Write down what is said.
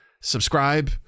subscribe